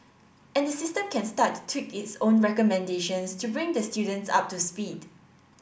and the system can start to tweak its own recommendations to bring the students up to speed